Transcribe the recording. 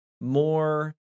more